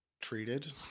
treated